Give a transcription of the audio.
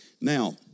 Now